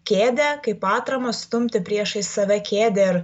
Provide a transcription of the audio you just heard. kėdę kaip atramą stumti priešais save kėdę ir